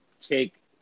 take